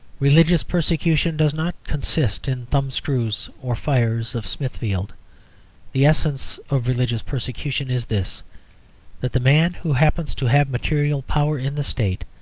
religious persecution does not consist in thumbscrews or fires of smithfield the essence of religious persecution is this that the man who happens to have material power in the state,